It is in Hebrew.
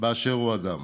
באשר הוא אדם.